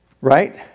Right